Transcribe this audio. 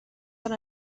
than